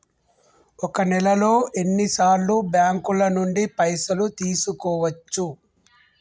ఒక నెలలో ఎన్ని సార్లు బ్యాంకుల నుండి పైసలు తీసుకోవచ్చు?